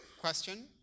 question